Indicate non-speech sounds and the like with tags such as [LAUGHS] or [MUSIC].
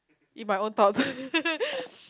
in my own thoughts [LAUGHS]